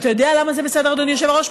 ואתה יודע למה זה בסדר, אדוני היושב-ראש?